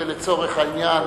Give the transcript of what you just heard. ולצורך העניין